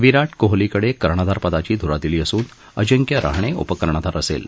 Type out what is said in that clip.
विराट कोहलीकडे कर्णधारपदाची धुरा दिली असून अंजिक्य रहाणे उपकर्णधार असेल